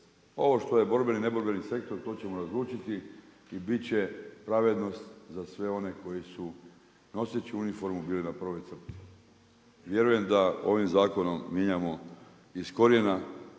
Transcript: Ovo što je borbeni i neborbeni sektor, to ćemo razlučiti i biti će pravednost za sve one koji su noseći uniformu bili na prvoj crti. Vjerujem da ovim zakonom mijenjamo iz krojena